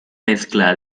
mezcla